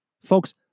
Folks